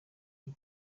iyi